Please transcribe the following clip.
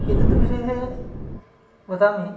एतद्विषये वदामि